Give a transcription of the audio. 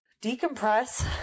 decompress